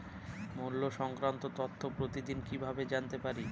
মুল্য সংক্রান্ত তথ্য প্রতিদিন কিভাবে জানতে পারি?